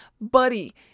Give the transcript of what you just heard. buddy